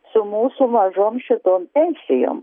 su mūsų mažom šitom pensijom